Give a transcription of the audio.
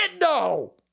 no